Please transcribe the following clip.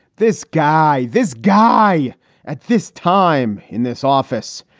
this guy this guy at this time in this office.